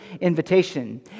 invitation